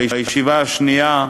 והישיבה השנייה,